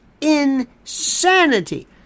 insanity